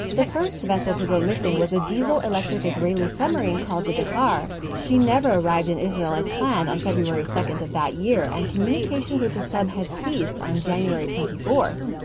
the first vessel to go missing was a diesel-electric israeli submarine called the dakar. she never arrived in israel as planned on february second of that year, and communications with the sub had ceased on january twenty fourth.